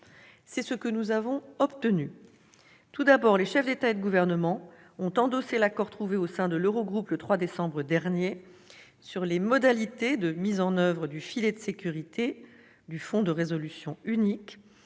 C'est ce que nous avons obtenu. Tout d'abord, les chefs d'État et de gouvernement ont endossé l'accord trouvé au sein de l'Eurogroupe le 3 décembre dernier sur les modalités de mise en oeuvre du filet de sécurité du Fonds de résolution unique,